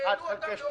תהיה דחייה.